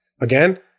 again